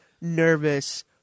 nervous